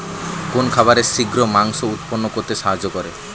কোন খাবারে শিঘ্র মাংস উৎপন্ন করতে সাহায্য করে?